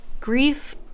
grief